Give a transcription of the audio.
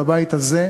בבית הזה,